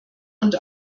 und